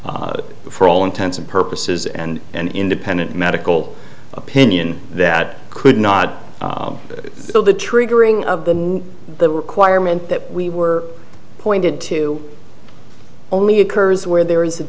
for all intents and purposes and an independent medical opinion that could not fill the triggering of the the requirement that we were pointed to only occurs where there is